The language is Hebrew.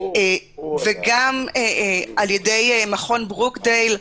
וגם על ידי מכון ברוקדייל.